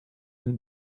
nous